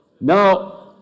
now